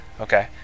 Okay